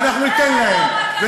ואנחנו ניתן להם.